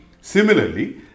Similarly